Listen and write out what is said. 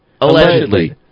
Allegedly